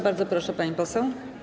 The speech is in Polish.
Bardzo proszę, pani poseł.